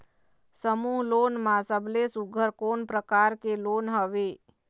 समूह लोन मा सबले सुघ्घर कोन प्रकार के लोन हवेए?